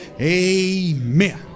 Amen